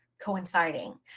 coinciding